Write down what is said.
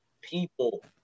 people